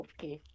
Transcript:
Okay